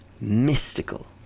Mystical